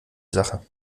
sache